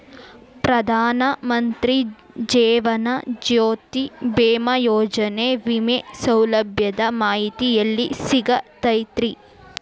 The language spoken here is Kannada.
ಪ್ರಧಾನ ಮಂತ್ರಿ ಜೇವನ ಜ್ಯೋತಿ ಭೇಮಾಯೋಜನೆ ವಿಮೆ ಸೌಲಭ್ಯದ ಮಾಹಿತಿ ಎಲ್ಲಿ ಸಿಗತೈತ್ರಿ?